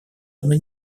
одну